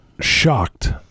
shocked